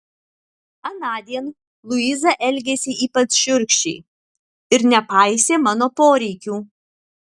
anądien luiza elgėsi ypač šiurkščiai ir nepaisė mano poreikių